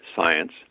science